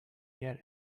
yet